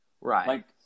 right